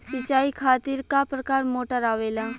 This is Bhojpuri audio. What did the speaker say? सिचाई खातीर क प्रकार मोटर आवेला?